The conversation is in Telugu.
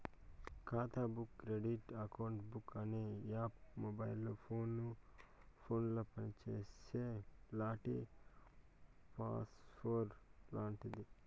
ఖాతా బుక్ క్రెడిట్ అకౌంట్ బుక్ అనే యాప్ మొబైల్ ఫోనుల పనిచేసే టాలీ సాఫ్ట్వేర్ లాంటిది